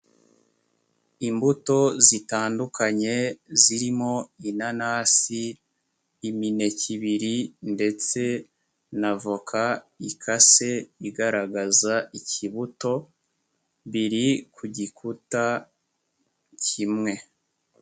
Imbuto zitandukanye, zirimo inanasi, imineke ibiri ndetse na avoka ikase igaragaza ikibuto, biri ku gikuta kimwe.